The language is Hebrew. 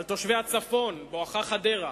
על תושבי הצפון בואכה חדרה.